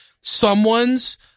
someone's